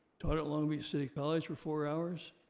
taught at long beach city college for four hours,